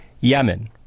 Yemen